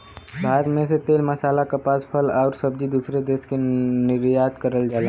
भारत से तेल मसाला कपास फल आउर सब्जी दूसरे देश के निर्यात करल जाला